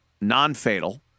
non-fatal